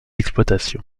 exploitation